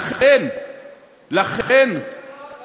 הטענות שלי